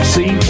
See